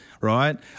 right